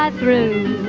um through.